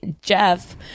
Jeff